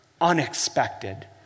unexpected